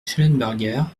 schellenberger